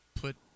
put